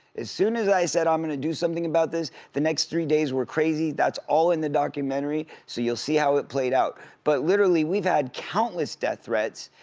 as soon as i said, i'm gonna something about this, the next three days were crazy, that's all in the documentary, so you'll see how it played out. but literally we've had countless death threats,